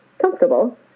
comfortable